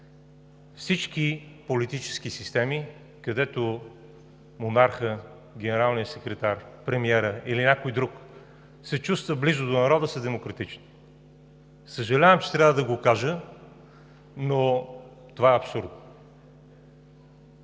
всички политически системи, където монархът, генералният секретар, премиерът или някой друг се чувства близо до народа, са демократични. Съжалявам, че трябва го кажа, но това е абсурдно.